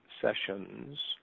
sessions